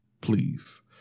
please